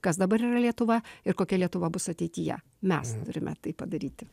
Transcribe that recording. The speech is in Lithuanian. kas dabar yra lietuva ir kokia lietuva bus ateityje mes turime tai padaryti